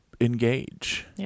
Engage